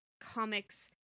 comics